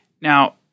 Now